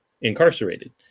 incarcerated